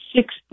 six